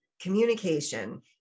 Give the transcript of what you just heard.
communication